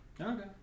okay